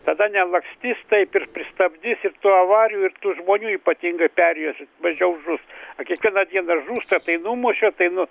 tada nelakstys taip ir pristabdys ir tų avarijų ir tų žmonių ypatingai perėjose mažiau žus kiekvieną dieną žūsta tai numušė tai nu